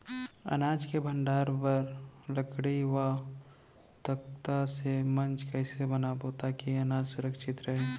अनाज के भण्डारण बर लकड़ी व तख्ता से मंच कैसे बनाबो ताकि अनाज सुरक्षित रहे?